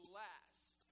last